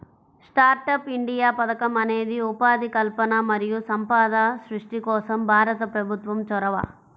startup India పథకం అనేది ఉపాధి కల్పన మరియు సంపద సృష్టి కోసం భారత ప్రభుత్వం చొరవ